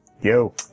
Yo